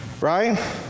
right